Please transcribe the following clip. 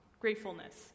gratefulness